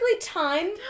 time